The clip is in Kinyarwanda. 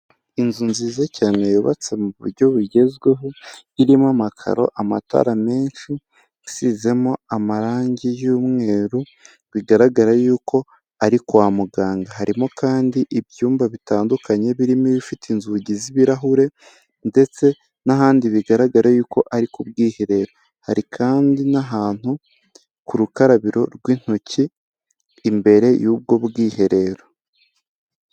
Inzu nziza cyane yubatse mu buryo bugezweho irimo amakaro, amatara menshi, isizemo amarangi y'umweru bigaragara yuko ari kwa muganga. Harimo kandi ibyumba bitandukanye birimo ibifite inzugi z'ibirahure ndetse, n'ahandi bigaragara yuko ari ku bwiherero hari kandi n'ahantu ku rukarabiro rw'intoki imbere y'ubwo bwiherero.